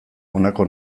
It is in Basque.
honako